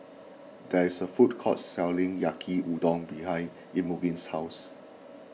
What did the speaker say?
there is a food court selling Yaki Udon behind Imogene's house